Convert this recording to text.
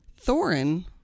Thorin